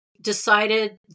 decided